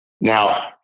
now